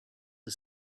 the